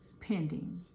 pending